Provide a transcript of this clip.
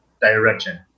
direction